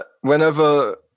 whenever